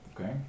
Okay